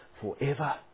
forever